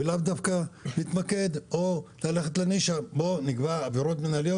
ולאו דווקא להתמקד או ללכת לנישה של בוא נקבע עבירות מינהליות,